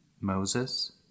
Moses